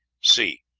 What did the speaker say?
c.